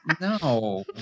no